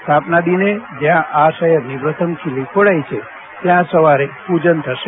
સ્થાપનાદિને જ્યાં આ શહેરની પ્રથમ ખીલી ખોડાઇ છે ત્યાં સવારે પૂજન થશે